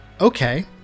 Okay